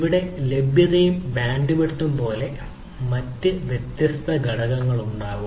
ഇവിടെ ലഭ്യതയും ബാൻഡ്വിഡ്ത്തും പോലെ മറ്റ് വ്യത്യസ്ത ഘടകങ്ങളുണ്ടാകാം